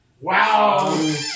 Wow